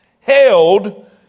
Held